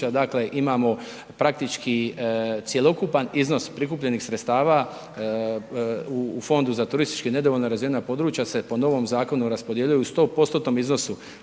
dakle imamo praktički cjelokupan iznos prikupljenih sredstava u Fondu za turistički nedovoljno razvijena područja se po novom zakonu raspodjeljuje u 100% iznosu